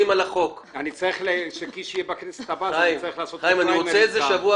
1 נמנעים אין ההצעה של חה"כ חיים ילין להוסיף משקיף של משרד